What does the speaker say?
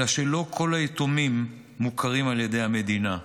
אלא שלא כל היתומים מוכרים על ידי המדינה,